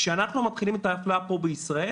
כשאנחנו מתחילים את האפליה פה בישראל